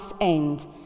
end